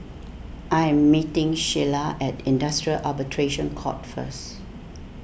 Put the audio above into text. I am meeting Sheilah at Industrial Arbitration Court first